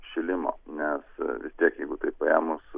šilimo nes vis tiek jeigu taip paėmus